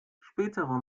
spätere